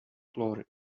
glory